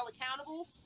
accountable